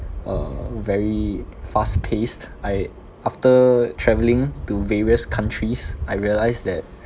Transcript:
uh very fast paced I after travelling to various countries I realise that